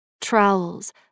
Trowels